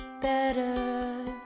better